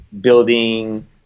building